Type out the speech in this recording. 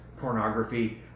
pornography